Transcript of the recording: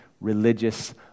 religious